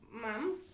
mom